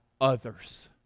others